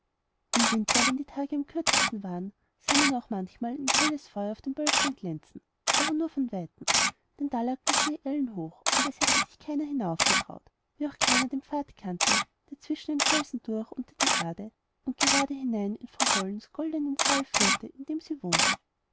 im winter wenn die tage am kürzesten waren sah man auch manchmal ein helles feuer auf dem böllstein glänzen aber nur von weitem denn da lag der schnee ellenhoch und es hätte sich keiner hinaufgetraut wie auch keiner den pfad kannte der zwischen den felsen durch unter die erde und gerade hinein in frau hollens goldnen saal führte in dem sie wohnte